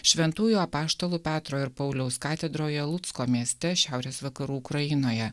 šventųjų apaštalų petro ir pauliaus katedroje lucko mieste šiaurės vakarų ukrainoje